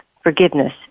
forgiveness